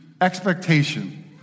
expectation